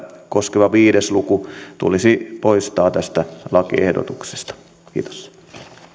koskeva viisi luku tulisi poistaa tästä lakiehdotuksesta kiitos